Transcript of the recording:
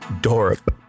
dorp